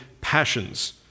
passions